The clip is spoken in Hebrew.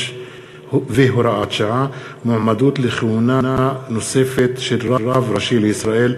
והוראת שעה) (מועמדות לכהונה נוספת של רב ראשי לישראל),